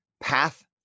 path